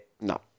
No